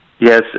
Yes